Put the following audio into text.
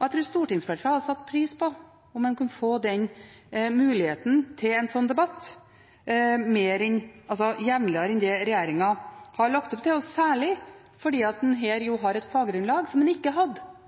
Jeg tror stortingsflertallet hadde satt pris på om en kunne få den muligheten til en slik debatt jevnligere enn det regjeringen har lagt opp til, særlig fordi en her har et faggrunnlag som en ikke hadde